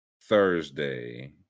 thursday